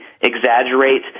exaggerate